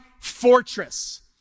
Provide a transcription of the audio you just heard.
fortress